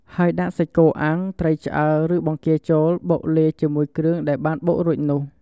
ហើយដាក់សាច់គោអាំង ត្រីឆ្អើរ ឬបង្គាចូលបុកលាយជាមួយគ្រឿងដែលបានបុករួចនោះ។